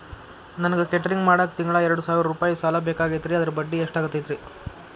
ನನಗ ಕೇಟರಿಂಗ್ ಮಾಡಾಕ್ ತಿಂಗಳಾ ಎರಡು ಸಾವಿರ ರೂಪಾಯಿ ಸಾಲ ಬೇಕಾಗೈತರಿ ಅದರ ಬಡ್ಡಿ ಎಷ್ಟ ಆಗತೈತ್ರಿ?